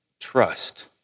trust